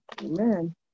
Amen